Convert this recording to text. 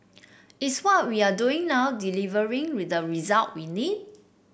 is what we are doing now delivering with the result we need